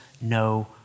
no